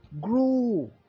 Grow